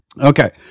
Okay